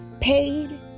paid